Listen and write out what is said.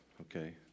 okay